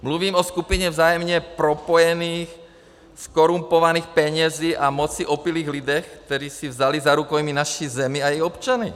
Mluvím o skupině vzájemně propojených, zkorumpovaných penězi a mocí opilých lidí, kteří si vzali za rukojmí naši zemi a její občany.